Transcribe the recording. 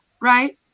right